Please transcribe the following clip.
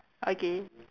okay